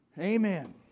Amen